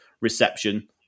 reception